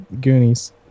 Goonies